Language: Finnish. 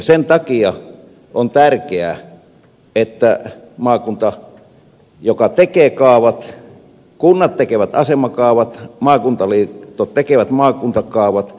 sen takia on tärkeää että kunnat tekevät asemakaavat maakuntaliitot tekevät maakuntakaavat